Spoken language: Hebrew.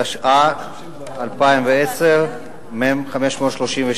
התש"ע 2010, מ/532,